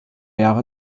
jahre